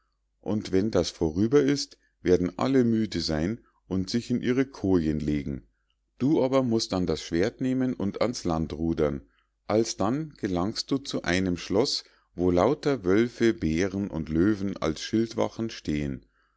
und wenn das vorüber ist werden alle müde sein und sich in ihre kojen legen du aber musst dann das schwert nehmen und ans land rudern alsdann gelangst du zu einem schloß wo lauter wölfe bären und löwen als schildwachen stehen